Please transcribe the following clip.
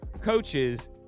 coaches